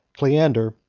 cleander,